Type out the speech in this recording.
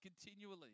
continually